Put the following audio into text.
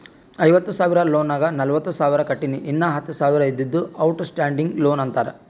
ಐವತ್ತ ಸಾವಿರ ಲೋನ್ ನಾಗ್ ನಲ್ವತ್ತ ಸಾವಿರ ಕಟ್ಟಿನಿ ಇನ್ನಾ ಹತ್ತ ಸಾವಿರ ಇದ್ದಿದ್ದು ಔಟ್ ಸ್ಟ್ಯಾಂಡಿಂಗ್ ಲೋನ್ ಅಂತಾರ